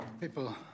People